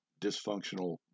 dysfunctional